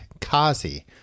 Kazi